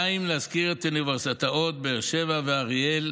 די אם נזכיר את האוניברסיטאות באר שבע ואריאל,